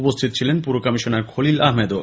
উপস্থিত ছিলেন পুর কমিশনার খলিল আহমেদও